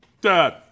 Dad